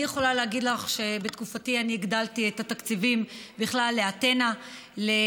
אני יכולה להגיד לך שבתקופתי אני הגדלתי את התקציבים לאתנה בכלל,